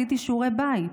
עשיתי שיעורי בית,